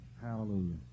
Hallelujah